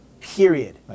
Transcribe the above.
period